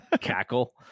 cackle